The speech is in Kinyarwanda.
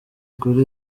kuri